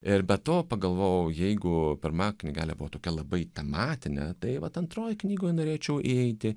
ir be to pagalvojau jeigu pirma knygelė buvo tokia labai tematinė tai vat antroj knygoj norėčiau įeiti